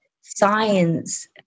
science